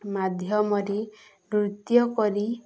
ମାଧ୍ୟମରେ ନୃତ୍ୟ କରି